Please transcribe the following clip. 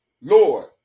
Lord